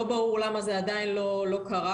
לא ברור למה זה עדיין לא קרה.